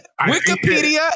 Wikipedia